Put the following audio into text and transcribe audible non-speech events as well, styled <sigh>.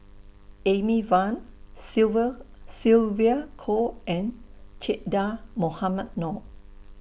Amy Van <unintelligible> Sylvia Kho and Che Dah Mohamed Noor